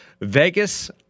Vegas